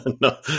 No